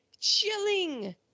Chilling